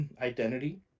identity